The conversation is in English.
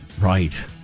Right